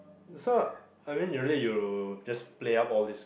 so I mean usually you just play up all these